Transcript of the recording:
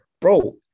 bro